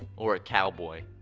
or a cowboy.